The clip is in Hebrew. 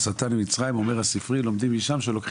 "ונשאתני ממצריים" אומר הספרי שלומדים משם על הצורך